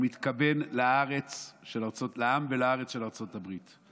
הוא מתכוון לעם ולארץ של ארה"ב,